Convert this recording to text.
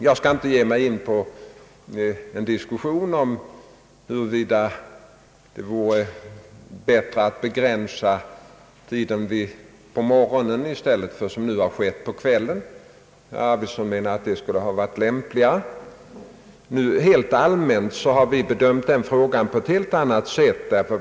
Jag skall inte ge mig in i en diskussion om huruvida det vore bättre att begränsa tiden för jakt på morgonen än att, som nu skett, begränsa denna tid på kvällen. Herr Arvidson menar att det förstnämnda alternativet skulle ha varit lämpligare. Rent allmänt har vi emellertid bedömt frågan på ett helt annat sätt.